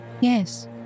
Yes